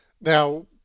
now